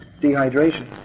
dehydration